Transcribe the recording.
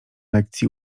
lekcji